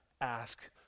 ask